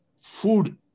food